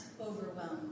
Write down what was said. overwhelmed